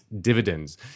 dividends